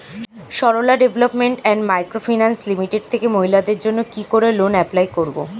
Sarala development and micro finance limited থেকে মহিলাদের জন্য কি করে লোন এপ্লাই করব?